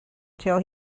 till